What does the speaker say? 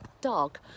dog